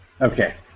Okay